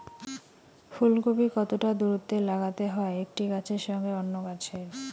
ফুলকপি কতটা দূরত্বে লাগাতে হয় একটি গাছের সঙ্গে অন্য গাছের?